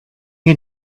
you